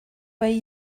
way